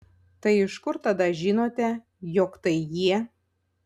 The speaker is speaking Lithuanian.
tai iš kur tada žinote jog tai jie